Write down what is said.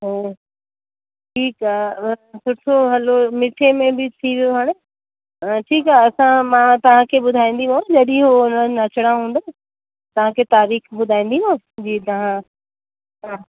हा ठीकु आहे सुठो हलो मिठे में बि थी वियो हाणे ठीकु आहे असां मां तव्हांखे ॿुधाईंदीमांव जॾहिं उहो हुननि अचिणा हूंदा तव्हांखे तारीख़ ॿुधाईंदीमांव जी तव्हां हा